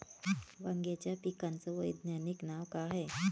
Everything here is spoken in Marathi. वांग्याच्या पिकाचं वैज्ञानिक नाव का हाये?